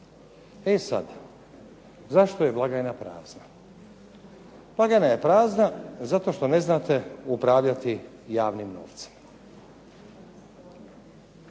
E sada, zašto je blagajna prazna. Prazna je zato što ne znate upravljati javnim novcem.